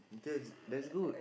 that that's good